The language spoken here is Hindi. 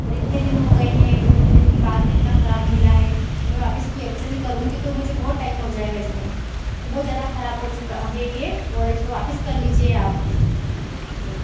और इतने दिन हो गए हैं और इतने दिन के बाद भी इतना खराब मिला है तो मैं वापिस भी अच्छे से करूँगी तो मुझे बहुत टाइम हो जाएगा इसमें तो बहुत ज्यादा खराब हो चुका है ये और इसको वापिस कर लीजिए आप हम ठीक है